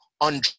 on